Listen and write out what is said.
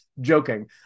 joking